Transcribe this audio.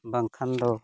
ᱵᱟᱝᱠᱷᱟᱱ ᱫᱚ